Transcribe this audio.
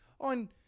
on